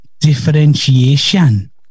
differentiation